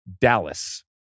Dallas